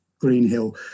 Greenhill